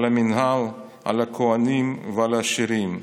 על המינהל, על הכוהנים ועל עשירים.